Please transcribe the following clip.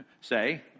say